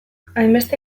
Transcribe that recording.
hainbeste